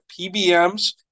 PBMs